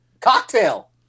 Cocktail